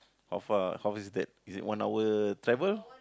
how far how far is that is it one hour travel